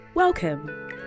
Welcome